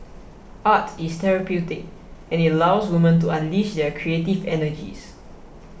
art is therapeutic and it allows woman to unleash their creative energies